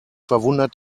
verwundert